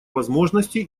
возможности